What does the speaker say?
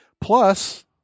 Plus